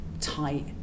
tight